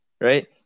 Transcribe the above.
right